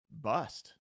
bust